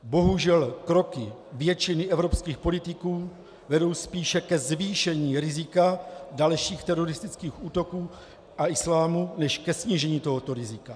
Bohužel kroky většiny evropských politiků vedou spíše ke zvýšení rizika dalších teroristických útoků a islámu než ke snížení tohoto rizika.